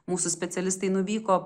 mūsų specialistai nuvyko